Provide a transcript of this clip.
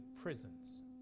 prisons